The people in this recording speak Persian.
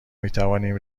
میتوانیم